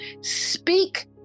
Speak